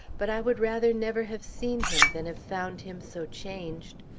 but i would rather never have seen him than have found him so changed.